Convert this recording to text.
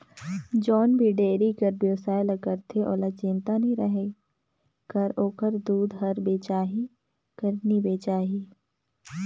जउन भी डेयरी कर बेवसाय ल करथे ओहला चिंता नी रहें कर ओखर दूद हर बेचाही कर नी बेचाही